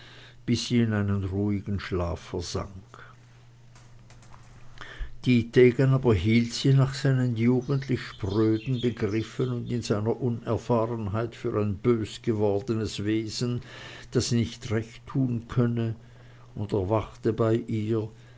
in einen ruhigen schlaf versank dietegen aber hielt sie nach seinen jugendlich spröden begriffen und in seiner unerfahrenheit für ein bös gewordenes wesen das nicht recht tun könne und er wachte bei ihr